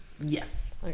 Yes